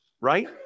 right